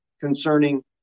concerning